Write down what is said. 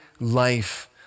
life